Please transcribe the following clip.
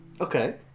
Okay